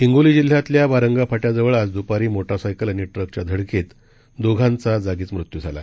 हिंगोलीजिल्ह्यातल्यावारंगाफाट्याजवळआजद्पारीमोटारसायकलआणिट्रकच्याधडके तदोघांचाजागीचमृत्यूझाला